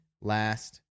last